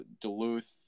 Duluth